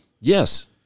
Yes